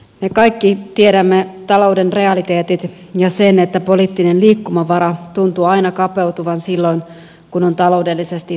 me kaikki tiedämme talouden realiteetit ja sen että poliittinen liikkumavara tuntuu aina kapeutuvan silloin kun on taloudellisesti tiukat ajat